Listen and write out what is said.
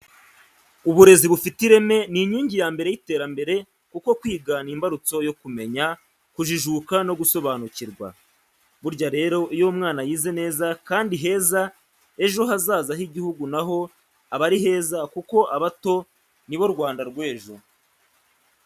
Uburezi bufite ireme ni inkingi ya mbere y'iterambere kuko kwiga ni imbarutso yo kumenya, kujijuka no gusobanukirwa. Burya rero iyo umwana yize neza kandi heza ejo hazaza h'igihugu na ho aba ari heza kuko abato ni bo Rwanda rw'ejo.